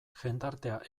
jendartea